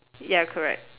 ya correct